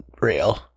real